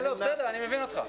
אני מבין אותך.